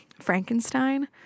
Frankenstein